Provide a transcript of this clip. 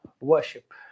worship